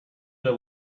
that